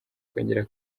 kongera